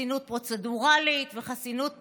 חסינות פרוצדורלית וחסינות פוליטית.